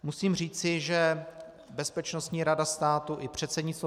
Musím říci, že Bezpečnostní rada státu i předsednictvo